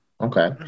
Okay